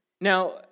Now